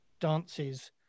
dances